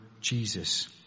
Jesus